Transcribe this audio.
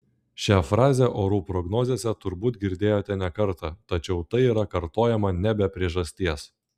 šią frazę orų prognozėse turbūt girdėjote ne kartą tačiau tai yra kartojama ne be priežasties